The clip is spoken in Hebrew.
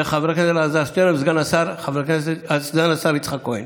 חבר הכנסת אלעזר שטרן וסגן השר יצחק כהן.